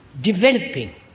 developing